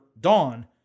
Dawn